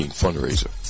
fundraiser